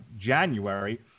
January